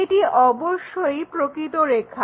এটি অবশ্যই প্রকৃত রেখা